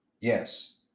Yes